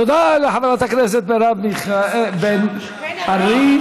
תודה לחברת הכנסת מירב בן ארי.